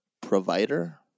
provider